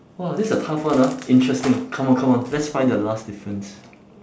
!wah! this a tough one ah interesting come on come on let's find the last differences